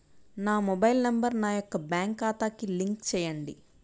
నా mobile number నా యొక్క బ్యాంక్ ఖాతాకి లింక్ చేయండీ?